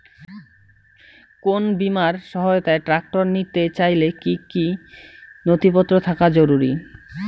কোন বিমার সহায়তায় ট্রাক্টর নিতে চাইলে কী কী নথিপত্র থাকা জরুরি?